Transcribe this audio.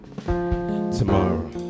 tomorrow